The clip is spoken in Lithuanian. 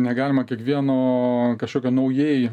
negalima kiekvieno kažkokio naujai